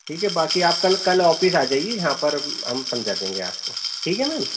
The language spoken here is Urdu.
ٹھیک ہے باقی آپ کل کل آفس آ جائیے یہاں پر ہم سمجھا دیں گے آپ کو ٹھیک ہے میم